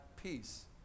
peace